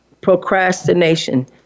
Procrastination